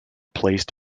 placed